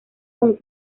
con